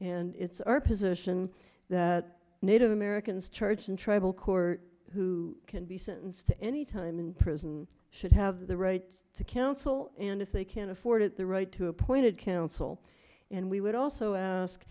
and it's our position that native americans charged in tribal court who can be sentenced to any time in prison should have the right to counsel and if they can afford it the right to appointed counsel and we would also ask